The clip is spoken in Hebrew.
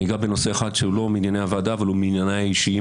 אני אגע בנושא אחד שהוא לא מענייני הוועדה אבל הוא מענייניי "האישיים",